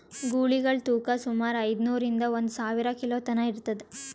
ಗೂಳಿಗಳ್ ತೂಕಾ ಸುಮಾರ್ ಐದ್ನೂರಿಂದಾ ಒಂದ್ ಸಾವಿರ ಕಿಲೋ ತನಾ ಇರ್ತದ್